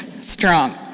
Strong